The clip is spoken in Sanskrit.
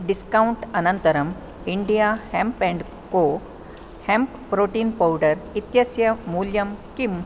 डिस्कौण्ट् अनन्तरं India hemp and co hemp protein powder इत्यस्य मूल्यं किम्